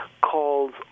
calls